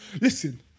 Listen